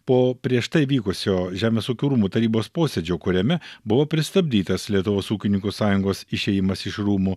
po prieš tai vykusio žemės ūkio rūmų tarybos posėdžio kuriame buvo pristabdytas lietuvos ūkininkų sąjungos išėjimas iš rūmų